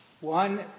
One